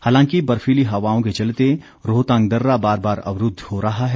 हालांकि बर्फीली हवाओं के चलते रोहतांग दर्रा बार बार अवरूद्व हो रहा है